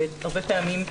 הרבה פעמים,